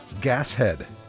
Gashead